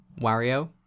Wario